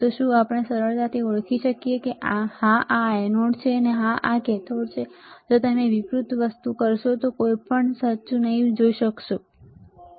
તો શું આપણે સરળતાથી ઓળખી શકીએ છીએ કે હા આ એનોડ છે આ કેથોડ છે જો તમે વિપરીત વસ્તુ કરશો તો આપણે કંઈપણ સાચું જોઈ શકીશું નહીં